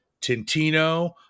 Tintino